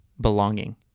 belonging